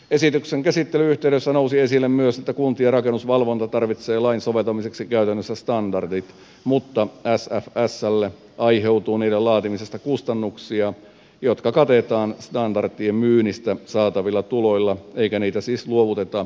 esityksen käsittelyn yhteydessä nousi esille myös että kuntien rakennusvalvonta tarvitsee lain soveltamiseksi käytännössä standardit mutta sfslle aiheutuu niiden laatimisesta kustannuksia jotka katetaan standardien myynnistä saatavilla tuloilla eikä niitä siis luovuteta ilmaiseksi